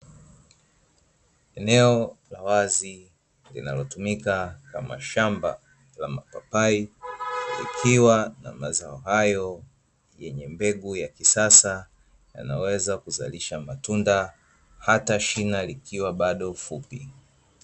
Eneo la wazi linalotumika kama shamba la mapapai, likiwa na mazao hayo yenye mbegu ya kisasa, yanayoweza kuzalisha matunda, hata shina likiwa bado fupi.